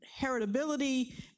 heritability